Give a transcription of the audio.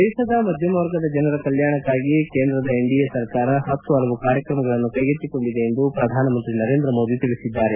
ದೇಶದ ಮಧ್ಯಮ ಮರ್ಗದ ಜನರ ಕಲ್ಲಾಣಕಾಗಿ ಕೇಂದ್ರದ ಎನ್ಡಿಎ ಸರ್ಕಾರ ಹತ್ತು ಪಲವು ಕಾರ್ಯಕ್ರಮಗಳನ್ನು ಕೈಗೆತ್ತಿಕೊಂಡಿದೆ ಎಂದು ಪ್ರಧಾನ ಮಂತ್ರಿ ನರೇಂದ್ರ ಮೋದಿ ಹೇಳಿದ್ದಾರೆ